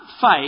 faith